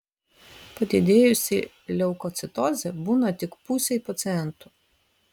padidėjusi leukocitozė būna tik pusei pacientų